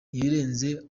ibirenze